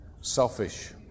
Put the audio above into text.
selfish